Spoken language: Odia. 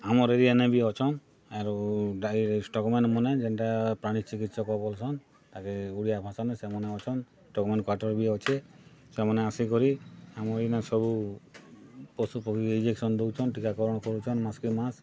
ଆମର୍ ଏରିଆନେ ବି ଅଛନ୍ ଆରୁ ଡାଇଷ୍ଟୋକ୍ ମାନେ ମନେ ଯେନ୍ଟା ପ୍ରାଣୀ ଚିକିତ୍ସକ୍ ବୋଲଛନ୍ ତାକେ ଓଡ଼ିଆ ଭାଷନେ ସେମାନେ ଅଛନ୍ ଟମନ୍ କ୍ଵାଟର୍ ବି ଅଛି ସେମାନେ ଆସିକରି ଆମ୍ ଏଇନା ସବୁ ପଶୁ ପକ୍ଷୀ କେ ଇଞ୍ଜେକ୍ସନ୍ ଦଉଛନ୍ ଟୀକାକରଣ କରୁଛନ୍ ମାସ୍ କେ ମାସ୍